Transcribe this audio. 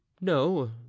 No